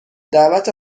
دعوت